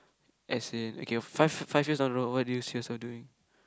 as in okay five five years down the road what do you see yourself doing